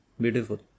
Beautiful